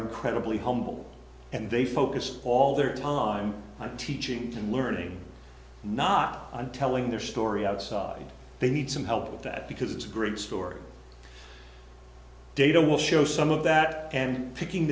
incredibly humble and they focus all their time on teaching and learning not on telling their story outside they need some help with that because it's a great story data will show some of that and picking